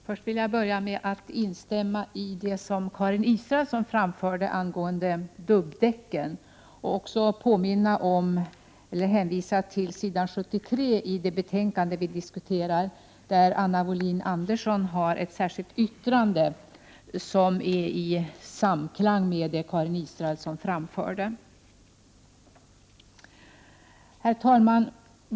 Herr talman! Jag vill börja med att instämma i det som Karin Israelsson anförde angående dubbdäcken och även hänvisa till s. 73 i det betänkande som vi diskuterar, där Anna Wohlin-Andersson har ett särskilt yttrande som står i samklang med det som Karin Israelsson framförde. Herr talman!